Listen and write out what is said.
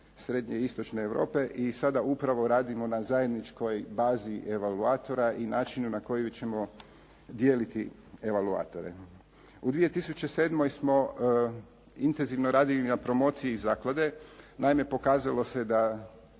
srednje i istočne Europe i sada upravo radimo na zajedničkoj bazi evaluatora i načinu na koji ćemo dijeliti evaluatore. U 2007. smo intenzivno radili na promociji zaklade. Naime, pokazalo se da